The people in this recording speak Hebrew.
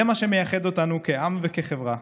זה מה שמייחד אותנו כעם וכחברה,